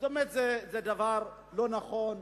זה דבר לא נכון,